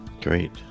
Great